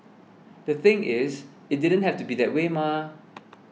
the thing is it didn't have to be that way mah